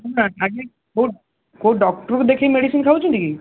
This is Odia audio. କେଉଁ କେଉଁ ଡକ୍ଟର୍କୁ ଦେଖାଇକି ମେଡ଼ିସିନ୍ ଖାଉଛନ୍ତି କି